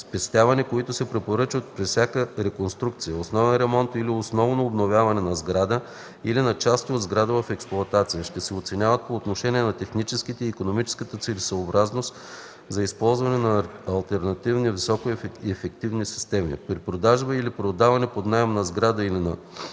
енергоспестяване, които се препоръчват при всяка реконструкция, основен ремонт или основно обновяване на сграда или на части от сграда в експлоатация, ще се оценяват по отношение на техническата и икономическата целесъобразност за използване на алтернативни високоефективни системи. При продажба или при отдаване под наем на сграда или на обособени